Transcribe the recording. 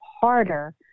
harder